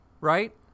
Right